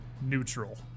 neutral